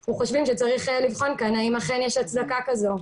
אנו חושבים שיש לבחון כאן האם יש לבחון הצדקה כזאת.